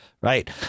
Right